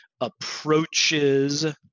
approaches